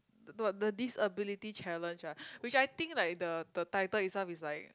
the the what the disability challenge ah which I think like the the title itself is like